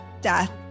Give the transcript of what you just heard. Death